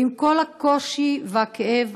ועם כל הקושי והכאב,